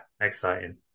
exciting